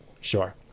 Sure